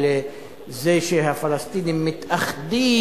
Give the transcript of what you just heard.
על זה שהפלסטינים מתאחדים,